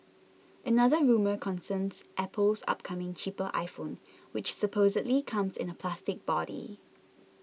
another rumour concerns Apple's upcoming cheaper iPhone which supposedly comes in a plastic body